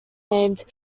named